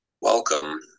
welcome